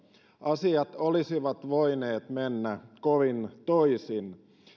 asiat olisivat voineet mennä kovin toisin